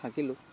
থাকিলোঁ